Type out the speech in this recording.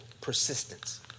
persistence